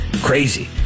crazy